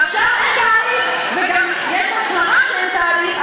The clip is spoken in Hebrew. עכשיו אין תהליך וגם יש הצהרה שאין תהליך,